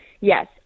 yes